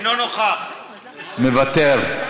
מוותר,